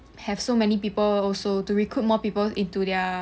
have so many people also to recruit more people into their